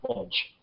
edge